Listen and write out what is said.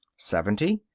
seventy.